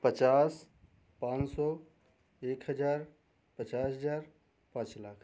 पचास पाँच सौ एक हज़ार पचास हज़ार पाँच लाख